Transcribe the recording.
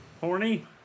horny